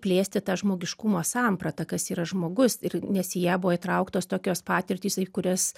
plėsti tą žmogiškumo sampratą kas yra žmogus ir nes į ją buvo įtrauktos tokios patirtys į kurias